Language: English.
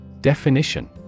Definition